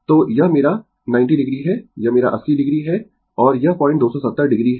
तो यह मेरा 90 o है यह मेरा 80 o है और यह पॉइंट 270 o है